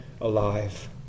alive